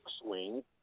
Swing